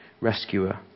rescuer